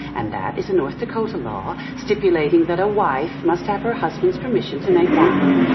and that is a north dakota law stipulating that a wife must have her husband's permission to make wine.